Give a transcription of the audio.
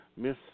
Miss